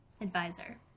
Advisor